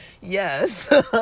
yes